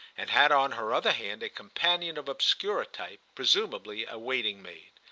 and had on her other hand a companion of obscurer type, presumably a waiting-maid.